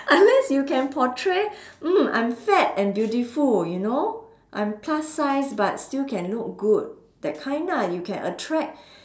unless you can portray mm I'm fat and beautiful you know I'm plus sized but still can look good that kind ah you can attract